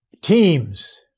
Teams